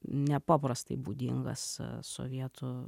nepaprastai būdingas sovietų